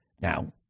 Now